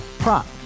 Prop